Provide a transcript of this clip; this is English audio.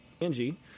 Angie